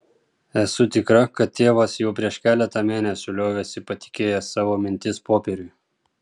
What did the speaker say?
esu tikra kad tėvas jau prieš keletą mėnesių liovėsi patikėjęs savo mintis popieriui